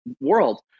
world